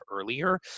earlier